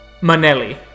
Manelli